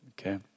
okay